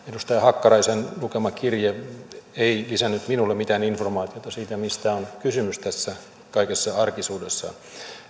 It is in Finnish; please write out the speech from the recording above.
edustaja hakkaraisen lukema kirje ei lisännyt minulle mitään informaatiota siitä mistä on kysymys tässä kaikessa arkisuudessaan